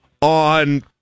on